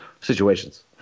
situations